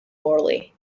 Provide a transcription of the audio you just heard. morley